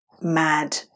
mad